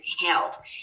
health